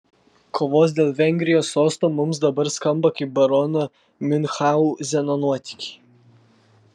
kovos dėl vengrijos sosto mums dabar skamba kaip barono miunchauzeno nuotykiai